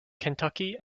kentucky